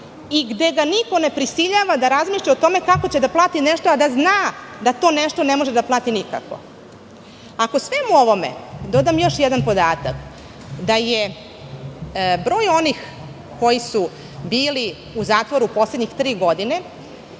i gde ga niko ne prisiljava da razmišlja o tome kako će da plati nešto, a da zna da to nešto ne može da plati nikako. Ako svemu ovome dodam još jedan podatak da je broj onih koji su bili u zatvoru poslednjih tri godine